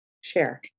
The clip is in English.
share